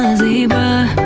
zebra